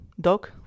dog